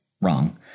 wrong